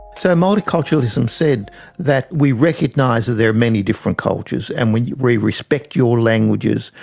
so multiculturalism said that we recognise that there are many different cultures and we respect your languages,